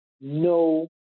no